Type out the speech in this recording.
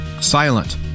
silent